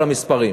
על המספרים.